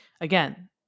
again